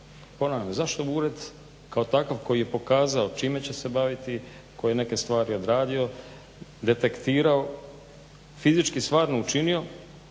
ponavljam zašto ured kao takav koji je pokazao čime će se baviti, koji je neke stvari odradio, detektirao, fizički stvarno učinio